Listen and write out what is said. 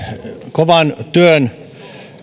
kovan työn